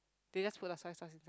they just put the soy sauce inside